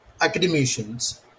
academicians